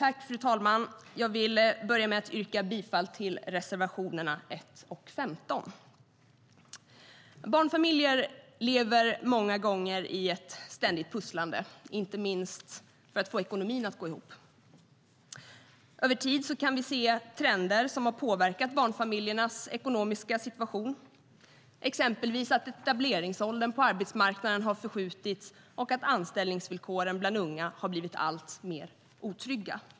Fru talman! Jag vill börja med att yrka bifall till reservationerna 1 och 15.Barnfamiljer lever många gånger i ett ständigt pusslande, inte minst för att få ekonomin att gå ihop. Över tid kan vi se trender som har påverkat barnfamiljernas ekonomiska situation. Exempelvis har etableringsåldern på arbetsmarknaden förskjutits och anställningsvillkoren för unga blivit alltmer otrygga.